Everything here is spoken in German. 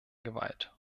gewalt